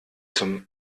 zum